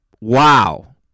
Wow